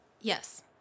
Yes